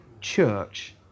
church